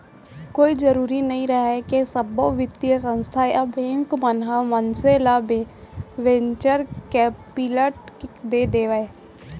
कोई जरुरी नइ रहय के सब्बो बित्तीय संस्था या बेंक मन ह मनसे ल वेंचर कैपिलट दे देवय